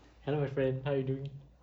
hello my friend how are you doing